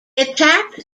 attacked